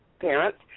parents